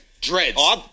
dreads